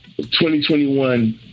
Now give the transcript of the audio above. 2021